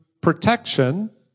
protection